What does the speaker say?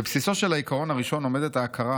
"בבסיסו של העיקרון הראשון עומדת ההכרה